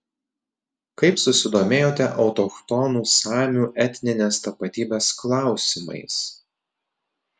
kaip susidomėjote autochtonų samių etninės tapatybės klausimais